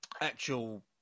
actual